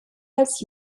als